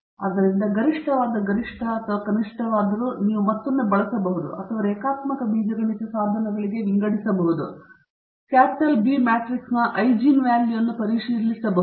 ಆದ್ದರಿಂದ ಗರಿಷ್ಠವಾದ ಗರಿಷ್ಟ ಅಥವಾ ಕನಿಷ್ಠವಾದರೂ ನೀವು ಮತ್ತೊಮ್ಮೆ ಬಳಸಬಹುದು ಅಥವಾ ರೇಖಾತ್ಮಕ ಬೀಜಗಣಿತ ಸಾಧನಗಳಿಗೆ ವಿಂಗಡಿಸಬಹುದು ನಾವು ರಾಜಧಾನಿ B ಮ್ಯಾಟ್ರಿಕ್ಸ್ನ eigen values ಅನ್ನು ಪರಿಶೀಲಿಸಬಹುದು